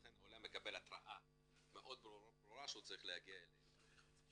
לכן העולה מקבל התראה מאוד ברורה שהוא צריך להגיע אלינו.